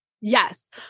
Yes